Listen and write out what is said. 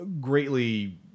greatly